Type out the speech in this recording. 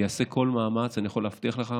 ייעשה כל מאמץ, אני יכול להבטיח לך.